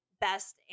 best